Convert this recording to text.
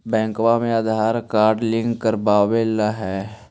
बैंकवा मे Aadhaar card link करवैलहो है?